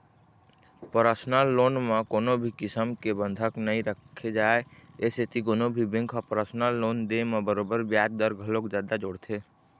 personal loan म कोनो भी किसम के बंधक नइ राखे जाए ए सेती कोनो भी बेंक ह परसनल लोन दे म बरोबर बियाज दर घलोक जादा जोड़थे